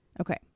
Okay